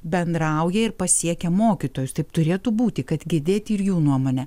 bendrauja ir pasiekia mokytojus taip turėtų būti kad girdėt ir jų nuomonę